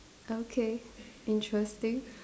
okay interesting